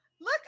Look